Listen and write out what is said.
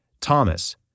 thomas